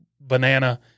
banana